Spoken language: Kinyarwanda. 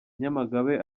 nyamagabe